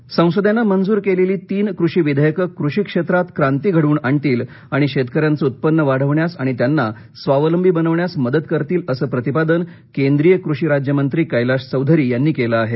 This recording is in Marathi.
विधेयक संसदेने मंजूर केलेली तीन कृषी विधेयकं कृषी क्षेत्रात क्रांती घडवून आणतील आणि शेतकऱ्यांचे उत्पन्न वाढविण्यास आणि त्यांना स्वावलंबी बनविण्यास मदत करतील असं प्रतिपादन केंद्रीय कृषी राज्यमंत्री क्लाश चौधरी यांनी केलं आहे